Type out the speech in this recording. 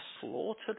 slaughtered